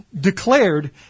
declared